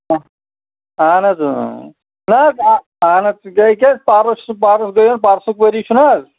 آ اَہَن حظ اۭں اۭں نہ حظ آ آہَن حظ بیٚیہِ چھِ أسۍ پرُس گٔیم پرسیُک ؤری چھُنہٕ حظ